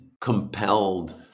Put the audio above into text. compelled